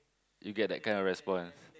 you get that kind of response